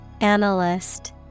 Analyst